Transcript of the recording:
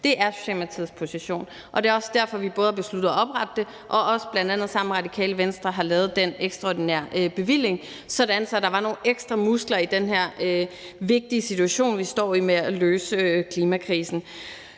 Det er Socialdemokratiets position, og det er også derfor, vi både har besluttet at oprette det og også, bl.a. sammen med Radikale Venstre, har lavet den ekstraordinære bevilling, sådan at der var nogle ekstra muskler i den her vigtige situation, vi står i, med hensyn til at løse klimakrisen.